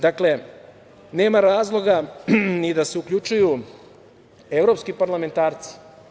Dakle, nema razloga ni da se uključuju evropski parlamentarci.